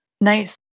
Nice